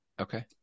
Okay